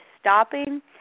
stopping